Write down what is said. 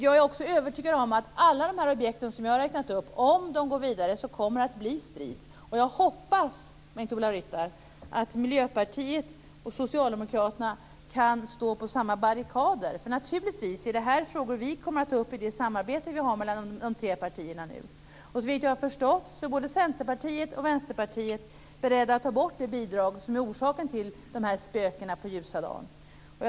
Jag är också övertygad om att det kommer att bli strid om alla de objekt jag har räknat upp om de går vidare. Jag hoppas, Bengt-Ola Ryttar, att Miljöpartiet och Socialdemokraterna kan stå på samma barrikad. Naturligtvis är detta frågor vi kommer att ta upp i det samarbete vi nu har mellan de tre partierna. Såvitt jag har förstått är både Centerpartiet och Vänsterpartiet beredda att ta bort det bidrag som är orsaken till dessa spöken på ljusa dagen.